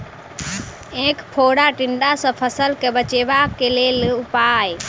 ऐंख फोड़ा टिड्डा सँ फसल केँ बचेबाक लेल केँ उपाय?